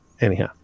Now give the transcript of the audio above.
Anyhow